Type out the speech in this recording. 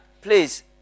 please